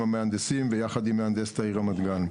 המהנדסים וביחד עם מהנדסת העיר רמת גן.